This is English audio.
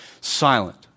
silent